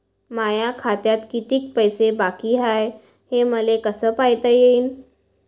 माया खात्यात कितीक पैसे बाकी हाय हे मले कस पायता येईन?